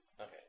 Okay